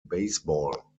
baseball